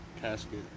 casket